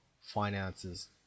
finances